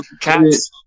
cats